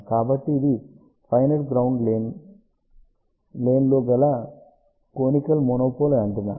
కాబట్టి ఇది finite ground లేన్లో గల కోనికల్ మోనోపోల్ యాంటెన్నా